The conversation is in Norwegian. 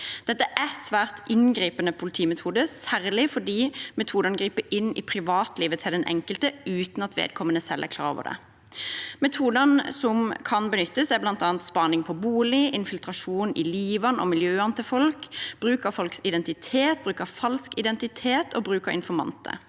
Dette er svært inngripende politimetoder, særlig fordi metodene griper inn i privatlivet til den enkelte uten at vedkommende selv er klar over det. Metodene som kan benyttes, er bl.a. spaning på bolig, infiltrasjon i livet og miljøene til folk, bruk av folks identitet, bruk av falsk identitet og bruk av informanter.